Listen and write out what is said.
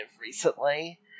recently